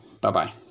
Bye-bye